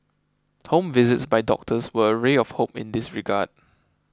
home visits by doctors were a ray of hope in this regard